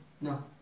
No